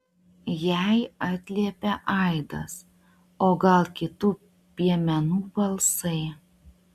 jai atliepia aidas o gal kitų piemenų balsai